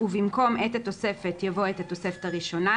ובמקום "את התוספת" יבוא "את התוספת הראשונה",